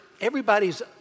Everybody's